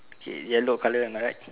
K yellow colour am I right